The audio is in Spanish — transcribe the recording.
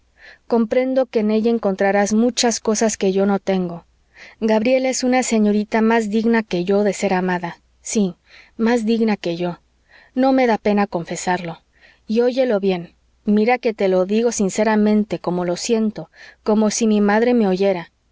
comprendo que en ella encontrarás muchas cosas que yo no tengo gabriela es una señorita más digna que yo de ser amada sí más digna que yo no me da pena confesarlo y óyelo bien mira que te lo digo sinceramente como lo siento como si mi madre me oyera